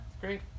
great